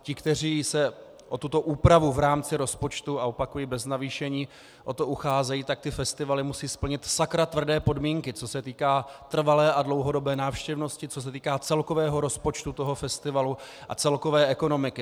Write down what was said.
Ti, kteří se o tuto úpravu v rámci rozpočtu, a opakuji bez navýšení, o to ucházejí, tak ty festivaly musí splnit sakra tvrdé podmínky, co se týká trvalé a dlouhodobé návštěvnosti, co se týká celkového rozpočtu toho festivalu a celkové ekonomiky.